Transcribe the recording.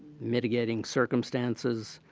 mitigating circumstances,